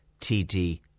TD